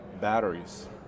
batteries